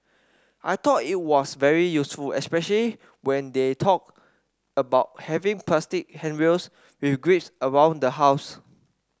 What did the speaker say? I thought it was very useful especially when they talked about having plastic handrails with grips around the house